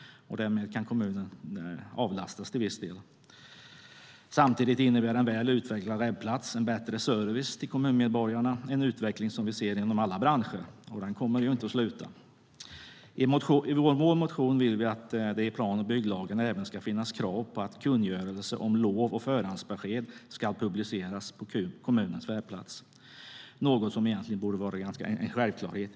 Därmed kan kommunerna avlastas till viss del. Samtidigt innebär en väl utvecklad webbplats bättre service till kommunmedborgarna. Det är en utveckling som vi ser i alla branscher. Den kommer inte att sluta. I vår motion vill vi att det i plan och bygglagen även ska finnas krav på att kungörelser om bygglov och förhandsbesked ska publiceras på kommunens webbplats. Det är något som borde vara en självklarhet.